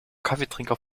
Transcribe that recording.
kaffeetrinker